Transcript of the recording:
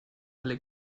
alle